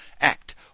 Act